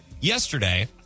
Yesterday